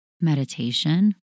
meditation